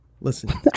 Listen